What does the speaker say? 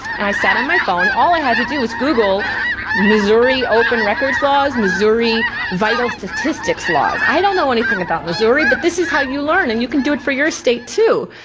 and i sat on my phone and all i had to do was google missouri open records laws, missouri vital statistics laws. i don't know anything about missouri, but this is how you learn and you can do it for your state too.